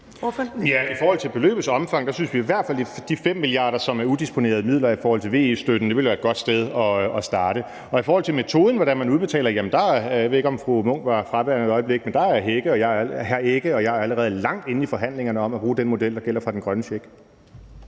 I forhold til beløbets størrelse synes vi i hvert fald, at de 5 mia. kr., som er udisponerede midler i forhold til VE-støtten, ville være et godt sted at starte. Og i forhold til metoden, altså hvordan man udbetaler – og jeg ved ikke, om fru Signe Munk var fraværende et øjeblik – er hr. Søren Egge Rasmussen og jeg allerede langt inde i forhandlingerne om at bruge den model, der gælder for den grønne check.